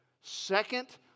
Second